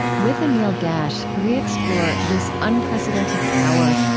with anil dash, we explore this unprecedented power,